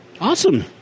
Awesome